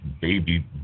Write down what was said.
baby